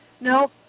No